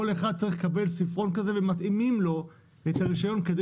כל אחד צריך לקבל ספרון שבו מתאימים לו את הרישיון כדי